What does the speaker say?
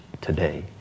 today